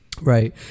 Right